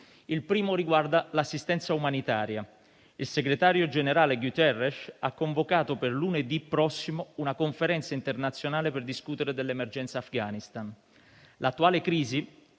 Il primo riguarda l'assistenza umanitaria. Il segretario generale Guterres ha convocato per lunedì prossimo una conferenza internazionale per discutere dell'emergenza Afghanistan. L'attuale crisi